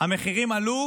המחירים עלו